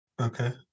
okay